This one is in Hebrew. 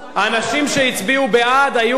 אנשים שהצביעו בעד היו בהפגנה.